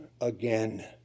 again